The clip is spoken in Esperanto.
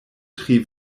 tri